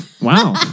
Wow